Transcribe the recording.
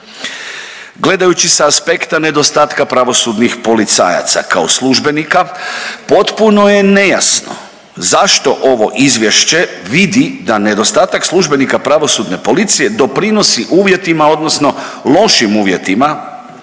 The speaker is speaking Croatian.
Gledajući s aspekta nedostatka pravosudnih policajaca kao službenika potpuno je nejasno zašto ovo izvješće vidi da nedostatak službenika pravosudne policije doprinosi uvjetima odnosno lošim uvjetima